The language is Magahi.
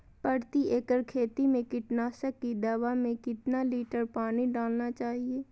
प्रति एकड़ खेती में कीटनाशक की दवा में कितना लीटर पानी डालना चाइए?